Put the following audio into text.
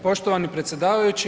Poštovani predsjedavajući.